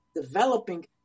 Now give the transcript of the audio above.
developing